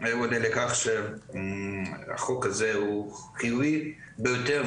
כך כי החוק הזה הוא חיובי ביותר.